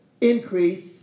increase